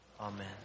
Amen